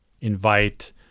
invite